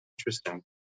Interesting